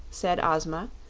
said ozma,